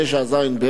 31),